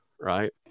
right